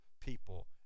people